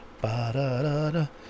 Ba-da-da-da